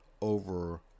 over